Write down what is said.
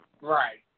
Right